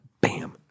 bam